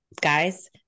guys